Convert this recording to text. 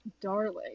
darling